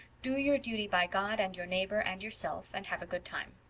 do your duty by god and your neighbor and yourself, and have a good time.